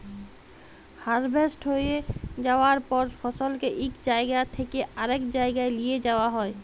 harvest হঁয়ে যাউয়ার পর ফসলকে ইক জাইগা থ্যাইকে আরেক জাইগায় লিঁয়ে যাউয়া হ্যয়